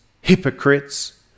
hypocrites